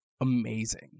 amazing